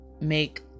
make